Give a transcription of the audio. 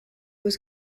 was